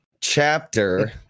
chapter